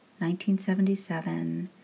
1977